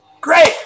great